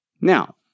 Now